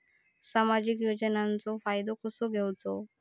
सामाजिक योजनांचो फायदो कसो घेवचो?